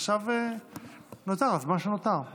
עכשיו נותר הזמן שנותר.